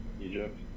Egypt